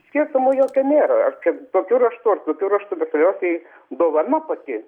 skirtumo jokio nėra ar čia tokiu raštu ar tokiu raštu bet svarbiausiai dovana pati